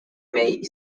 may